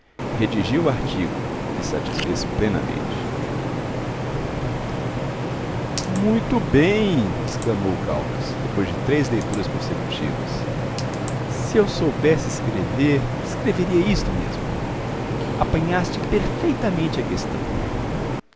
redigiu o artigo que satisfez plenamente muito bem exclamou o caldas depois de três leituras consecutivas se eu soubesse escrever escreveria isto mesmo apanhaste perfeitamente a questão